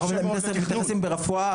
אנחנו מתייחסים לרפואה,